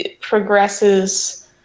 progresses